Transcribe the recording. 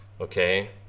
okay